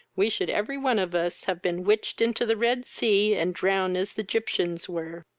we should every one of us have been witched into the red sea, and drowned as the gyptens were.